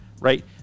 right